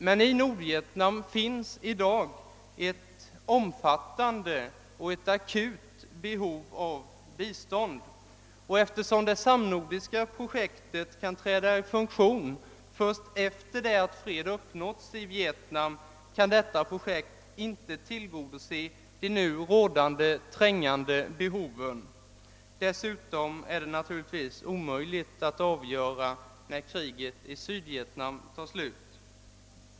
Men i Nordvietnam finns i dag ett omfattande och akut behov av bistånd, och eftersom det samnordiska projektet kan träda i funktion först efter det att fred uppnåtts i Vietnam, kan detta projekt inte tillgodose de nu rådande trängande behoven. Dessutom är det naturligtvis omöjligt att avgöra när kriget i Sydvietnam tar slut.